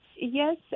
Yes